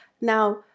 Now